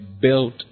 built